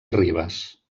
ribes